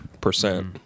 percent